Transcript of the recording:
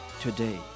today